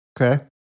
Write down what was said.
Okay